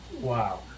wow